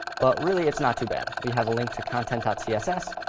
but really, it's not too bad. we have a link to content ah css,